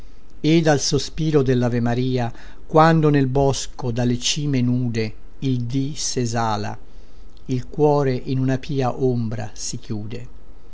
ed al sospiro dellavemaria quando nel bosco dalle cime nude il dì sesala il cuore in una pia ombra si chiude